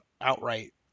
outright